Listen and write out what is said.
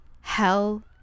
Hell